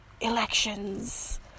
elections